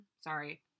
sorry